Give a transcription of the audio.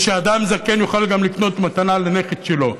ושאדם זקן יוכל גם לקנות מתנה לנכד שלו.